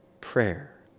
prayer